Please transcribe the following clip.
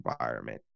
environment